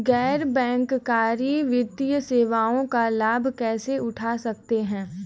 गैर बैंककारी वित्तीय सेवाओं का लाभ कैसे उठा सकता हूँ?